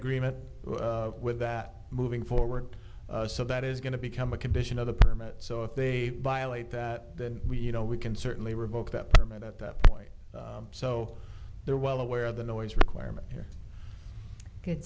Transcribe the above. agreement with that moving forward so that is going to become a condition of the permit so if they violate that then we you know we can certainly revoke that permit at the quite so they're well aware of the noise requirement here